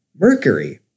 Mercury